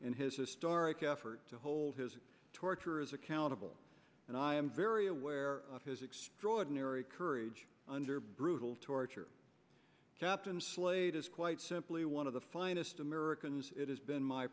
and his historic effort to hold his torturers accountable and i am very aware of his extraordinary courage under brutal torture captain slade is quite simply one of the finest americans it has been my